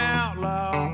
outlaw